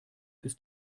ist